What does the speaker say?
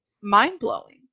mind-blowing